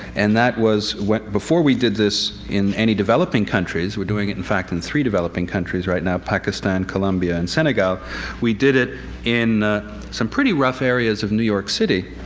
and that was when, before we did this in any developing countries we're doing it, in fact, in three developing countries right now pakistan, colombia and senegal we did it in some pretty rough areas of new york city.